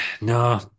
No